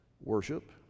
Worship